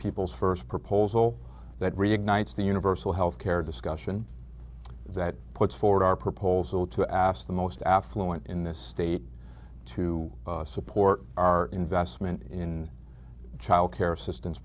people's first proposal that reignites the universal health care discussion that puts forward our proposal to ask the most affluent in this state to support our investment in child care assistance